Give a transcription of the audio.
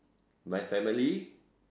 my family